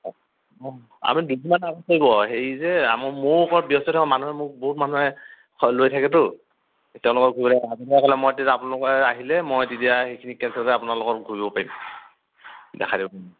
অঁ আমি দুদিনমান হেৰি যে আ মোৰ মানুহে মোক বহুত মানুহে লৈ থাকেতো তেওঁলোকক ঘূৰি মই তেতিয়া আপোনালোকে আহিলে মই তেতিয়া সেইখিনি আপোনালোকৰ লগত ঘূৰিব পাৰিম দেখাই দিব পাৰিম